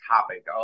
topic